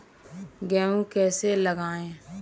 गेहूँ कैसे लगाएँ?